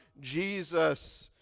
Jesus